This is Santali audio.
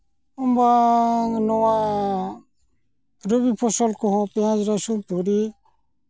ᱵᱟᱝ ᱱᱚᱣᱟ ᱨᱚᱵᱤ ᱯᱷᱚᱥᱚᱞ ᱠᱚᱦᱚᱸ ᱯᱮᱸᱭᱟᱡᱽ ᱨᱟᱥᱩᱱ ᱛᱚᱲᱤ